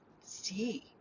see